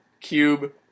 cube